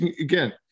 again